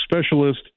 specialist